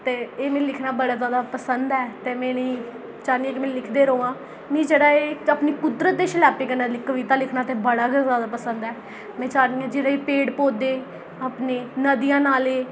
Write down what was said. ते एह् मी लिखना बड़ा जैदा पसंद ऐ ते में इ'नें गी चाह्न्नी आं कि में लिखदी र'वां मिगी जेह्ड़ा ऐ अपनी कुदरत दे शलैपे कन्नै कविता लिखना ते बड़ा गै जैदा पसंद ऐ में चाह्न्नी आं जेह्दे च पेड़ पौधे अपने नदियां नाले